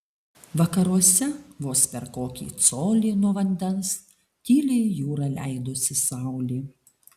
vakaruose vos per kokį colį nuo vandens tyliai į jūrą leidosi saulė